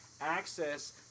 access